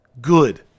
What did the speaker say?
good